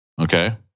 Okay